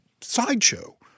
sideshow